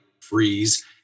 freeze